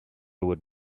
would